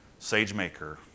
SageMaker